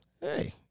hey